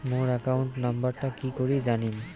মোর account নাম্বারটা কি করি জানিম?